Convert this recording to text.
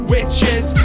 Witches